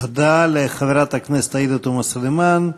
תודה לחברת הכנסת עאידה תומא סלימאן.